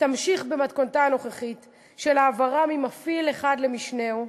תמשיך במתכונת הנוכחית של העברה ממפעיל אחד למשנהו,